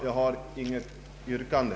Jag har inget yrkande.